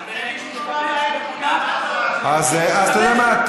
הוא קרא לי, אז אתה יודע מה?